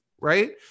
right